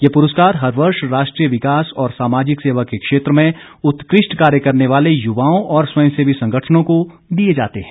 ये पुरस्कार हर वर्ष राष्ट्रीय विकास और सामाजिक सेवा के क्षेत्र में उत्कृष्ट कार्य करने वाले युवाओं और स्वयंसेवी संगठनों को दिये जाते हैं